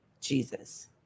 Jesus